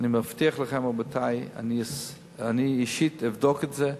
אני מבטיח לכם, רבותי, אני אישית אבדוק את זה.